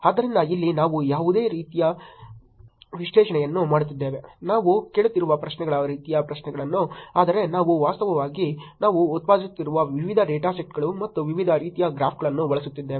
ಆದ್ದರಿಂದ ಇಲ್ಲಿ ನಾವು ಇದೇ ರೀತಿಯ ವಿಶ್ಲೇಷಣೆಯನ್ನು ಮಾಡುತ್ತಿದ್ದೇವೆ ನಾವು ಕೇಳುತ್ತಿರುವ ಪ್ರಶ್ನೆಗಳ ರೀತಿಯ ಪ್ರಶ್ನೆಗಳು ಆದರೆ ನಾವು ವಾಸ್ತವವಾಗಿ ನಾವು ಉತ್ಪಾದಿಸುತ್ತಿರುವ ವಿವಿಧ ಡೇಟಾ ಸೆಟ್ಗಳು ಮತ್ತು ವಿವಿಧ ರೀತಿಯ ಗ್ರಾಫ್ಗಳನ್ನು ಬಳಸುತ್ತಿದ್ದೇವೆ